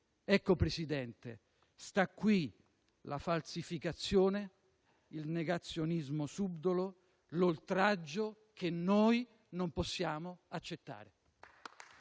signor Presidente, stanno qui la falsificazione, il negazionismo subdolo, l'oltraggio che noi non possiamo accettare.